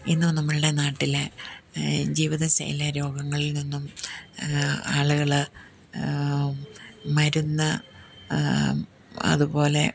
ഇന്ന് നമ്മളുടെ നാട്ടിലെ ജീവിത ശൈലി രോഗങ്ങളിൽ നിന്നും ആളുകൾ മരുന്ന് അതുപോലെ